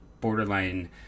borderline